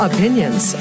Opinions